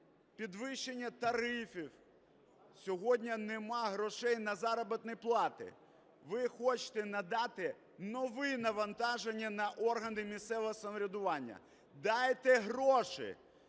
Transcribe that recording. підвищення тарифів, сьогодні нема грошей на заробітні плати. Ви хочете надати нове навантаження на органи місцевого самоврядування – дайте гроші.